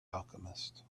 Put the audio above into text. alchemist